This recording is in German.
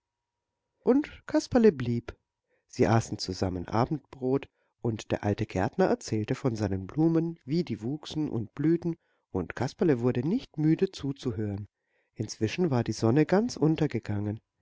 und kasperle blieb sie aßen zusammen abendbrot und der alte gärtner erzählte von seinen blumen wie die wuchsen und blühten und kasperle wurde nicht müde zuzuhören inzwischen war die sonne ganz untergegangen